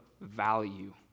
value